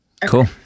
Cool